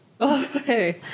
Okay